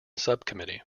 subcommittee